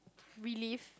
relief